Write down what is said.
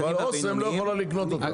אבל אוסם לא יכולה לקנות אותם.